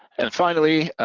and finally,